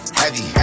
heavy